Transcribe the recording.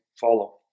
follow